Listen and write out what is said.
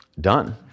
done